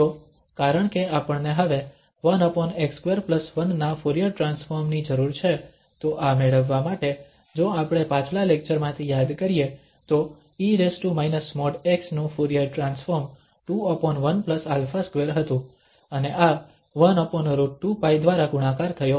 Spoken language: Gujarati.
તો કારણ કે આપણને હવે 1x21 ના ફુરીયર ટ્રાન્સફોર્મ ની જરૂર છે તો આ મેળવવા માટે જો આપણે પાછલા લેક્ચરમાંથી યાદ કરીએ તો e |x| નું ફુરીયર ટ્રાન્સફોર્મ 21α2 હતું અને આ 1√2π દ્વારા ગુણાકાર થયો